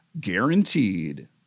guaranteed